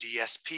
DSP